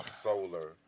solar